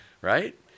right